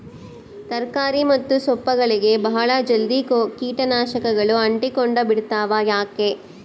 ತರಕಾರಿ ಮತ್ತು ಸೊಪ್ಪುಗಳಗೆ ಬಹಳ ಜಲ್ದಿ ಕೇಟ ನಾಶಕಗಳು ಅಂಟಿಕೊಂಡ ಬಿಡ್ತವಾ ಯಾಕೆ?